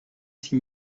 six